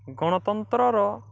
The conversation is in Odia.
ଗଣତନ୍ତ୍ରର